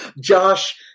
josh